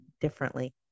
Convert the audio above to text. differently